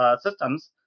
systems